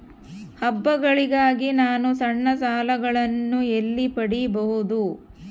ಹಬ್ಬಗಳಿಗಾಗಿ ನಾನು ಸಣ್ಣ ಸಾಲಗಳನ್ನು ಎಲ್ಲಿ ಪಡಿಬಹುದು?